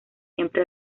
siempre